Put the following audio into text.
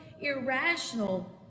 irrational